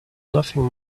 nothing